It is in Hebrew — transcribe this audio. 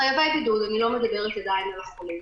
אני עדיין לא מדברת על החולים.